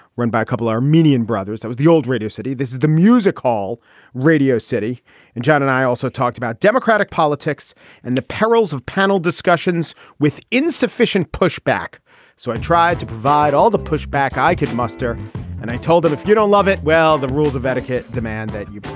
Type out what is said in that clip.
run by a couple armenian brothers. i was the old radio city. this is the music hall radio city and john and i also talked about democratic politics and the perils of panel discussions with insufficient pushback so i tried to provide all the pushback i could muster and i told them if you don't love it. well the rules of etiquette demand that you.